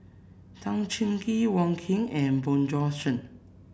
Tan Cheng Kee Wong Keen and Bjorn Shen